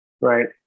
right